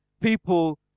people